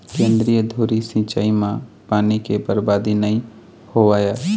केंद्रीय धुरी सिंचई म पानी के बरबादी नइ होवय